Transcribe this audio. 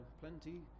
plenty